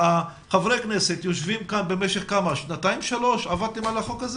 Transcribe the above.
חברי הכנסת יושבים כאן במשך שנתיים-שלוש ועובדים על החוק הזה